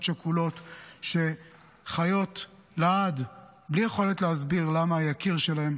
שכולות שחיות לעד בלי יכולת להסביר למה היקיר שלהם